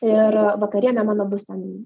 ir vakarienė mano bus ten